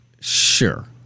Sure